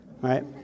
right